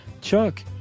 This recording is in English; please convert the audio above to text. Chuck